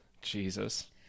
Jesus